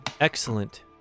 Excellent